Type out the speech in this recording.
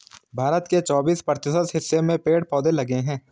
भारत के चौबिस प्रतिशत हिस्से में पेड़ पौधे लगे हैं